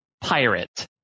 Pirate